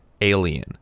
alien